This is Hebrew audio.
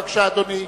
בבקשה, אדוני,